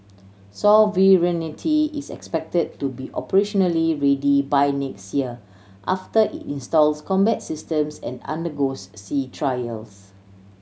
sovereignty is expected to be operationally ready by next year after it installs combat systems and undergoes sea trials